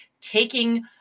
Taking